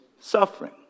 suffering